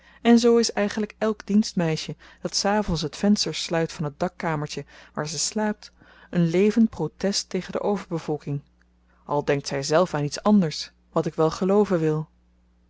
en zoo is eigenlyk elk dienstmeisje dat s avends het venster sluit van t dakkamertje waar ze slaapt een levend protest tegen de overbevolking al denkt zyzelf aan iets anders wat ik wel gelooven wil